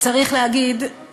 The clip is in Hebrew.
צריך להגיד,